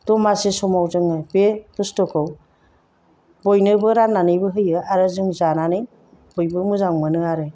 दमासि समाव जोङो बे बुस्थुखौ बयनोबो राननानैबो होयो आरो जों जानानै बयबो मोजां मोनो आरो